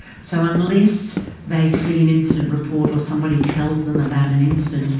so unless they see an incident report or somebody tells them about an incident,